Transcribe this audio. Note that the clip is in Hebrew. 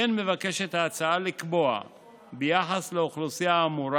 כמו כן מבקשת ההצעה לקבוע ביחס לאוכלוסייה האמורה